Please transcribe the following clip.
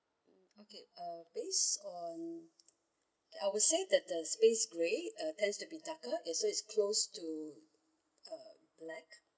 okay uh based on I'll said that the space grey uh tense to be darker so it's close to uh black